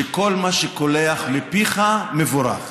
שכל מה שקולח מפיך, מבורך.